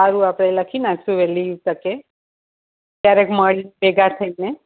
સારું આપણે લખી નાખીએ વહેલી તકે ક્યારેક મળીએ ભેગા થઈને